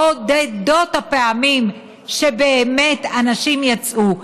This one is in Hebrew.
בודדות הפעמים שבאמת אנשים יצאו.